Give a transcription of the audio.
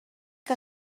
que